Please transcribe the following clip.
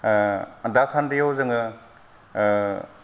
दासान्दियाव जोङो